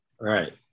Right